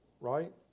right